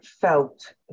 felt